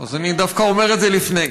אז אני דווקא אומר את זה לפני.